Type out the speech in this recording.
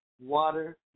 Water